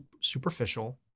superficial